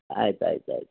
ಆಯ್ತು ಆಯ್ತು ಆಯ್ತು